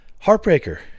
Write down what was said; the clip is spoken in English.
Heartbreaker